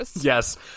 Yes